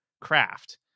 craft